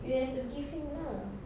you have to give him lah